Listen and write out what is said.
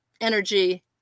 energy